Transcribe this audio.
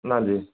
ਹਾਂਜੀ